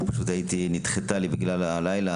ופשוט נדחתה לי בגלל הלילה,